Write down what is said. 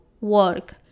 work